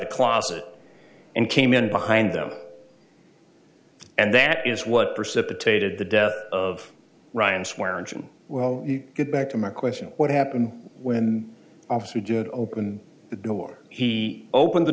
the closet and came in behind them and that is what precipitated the death of ryan swear engine will get back to my question what happened when obviously didn't open the door he opened the